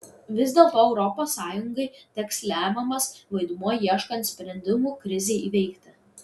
vis dėlto europos sąjungai teks lemiamas vaidmuo ieškant sprendimų krizei įveikti